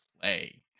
play